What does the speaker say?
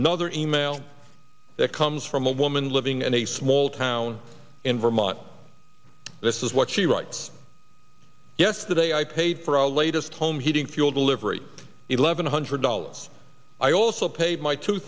nother email that comes from a woman living in a oldtown in vermont this is what she writes yesterday i paid for our latest home heating fuel delivery eleven hundred dollars i also paid my two